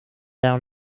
down